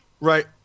right